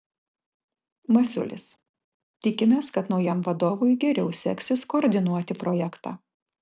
masiulis tikimės kad naujam vadovui geriau seksis koordinuoti projektą